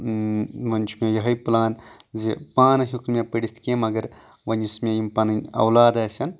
وۄنۍ چھُ مےٚ یِہوے پٔلان زِ پانہٕ ہیوٚک نہٕ مےٚ پٔرِتھ کیٚنٛہہ مَگر وۄنۍ یُس مےٚ یِم پَنٕنۍ اولاد آسن